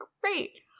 Great